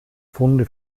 funde